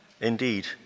Indeed